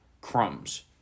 crumbs